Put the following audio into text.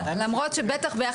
ל-18א2.